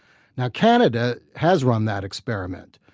now canada has run that experiment,